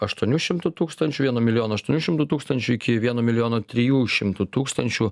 aštuonių šimtų tūkstančių vieno milijono aštuonių šimtų tūkstančių vieno milijono trijų šimtų tūkstančių